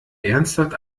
ernsthaft